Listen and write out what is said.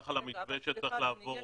על המתווה שצריך לעבור -- אבל סליחה אדוני,